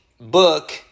book